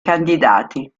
candidati